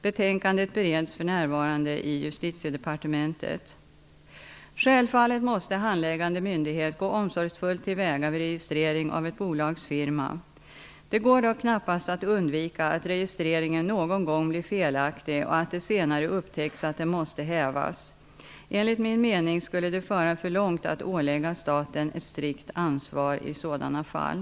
Betänkandet bereds för närvarande i Självfallet måste handläggande myndighet gå omsorgsfullt till väga vid registrering av ett bolags firma. Det går dock knappast att undvika att registreringen någon gång blir felaktig och att det senare upptäcks att den måste hävas. Enligt min mening skulle det föra för långt att ålägga staten ett strikt ansvar i sådana fall.